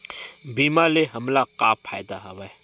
बीमा ले हमला का फ़ायदा हवय?